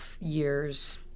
years